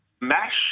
mash